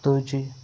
اَکہٕ تٲجی